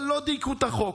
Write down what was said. אבל לא דייקו את החוק.